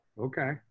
Okay